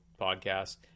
podcast